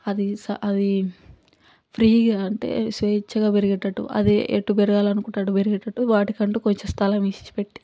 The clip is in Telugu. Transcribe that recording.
అది అది ఫ్రీగా అంటే స్వేచ్ఛగా పెరిగేటట్టు అది ఎటు పెరగాలనుకుంటే అటు పెరిగేటట్టు వాటికంటూ కొంచెం స్థలం విడిచిపెట్టి